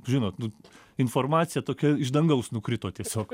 žinot nu informacija tokia iš dangaus nukrito tiesiog